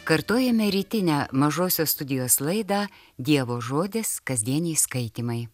kartojame rytinę mažosios studijos laidą dievo žodis kasdieniai skaitymai